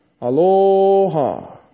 Aloha